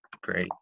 Great